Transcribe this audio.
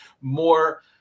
more